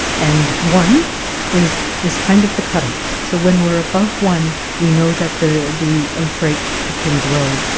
and one is is kind of the cut-off. so when we're above one, we know that the the outbreak can grow,